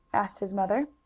asked his mother.